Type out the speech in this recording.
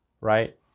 right